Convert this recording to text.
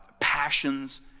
passions